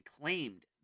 claimed